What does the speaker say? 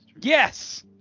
Yes